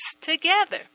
together